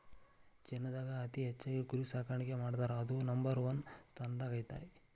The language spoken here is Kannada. ಚೇನಾದಾಗ ಅತಿ ಹೆಚ್ಚ್ ಕುರಿ ಸಾಕಾಣಿಕೆ ಮಾಡ್ತಾರಾ ಅದು ನಂಬರ್ ಒನ್ ಸ್ಥಾನದಾಗ ಐತಿ